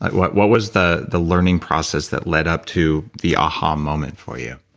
what what was the the learning process that led up to the aha moment for you?